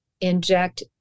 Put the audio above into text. inject